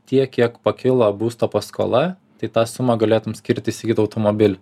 tiek kiek pakilo būsto paskola tai tą sumą galėtum skirti įsigyt automobilį